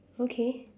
okay